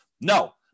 no